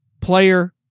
player